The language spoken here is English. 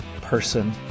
person